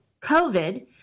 COVID